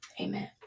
amen